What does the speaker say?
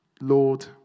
Lord